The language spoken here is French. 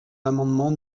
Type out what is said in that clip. l’amendement